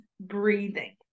breathing